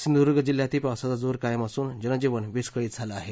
सिंधूदूर्ग जिल्ह्यातही पावसाचा जोर कायम असून जनजीवन विस्कळीत झालं आहे